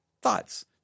thoughts